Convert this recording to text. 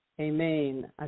Amen